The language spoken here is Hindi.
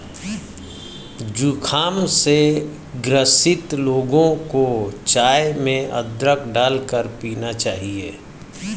जुखाम से ग्रसित लोगों को चाय में अदरक डालकर पीना चाहिए